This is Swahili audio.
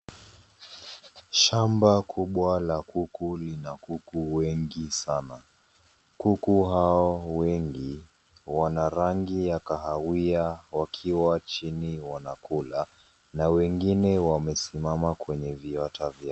Shamba kubwa la kuku lina kuku wengi sana. Kuku hao wengi wana rangi ya kahawia wakiwa chini wanakula, na wengine wamesimama kwenye viota vyao.